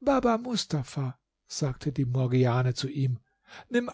baba mustafa sagte morgiane zu ihm nimm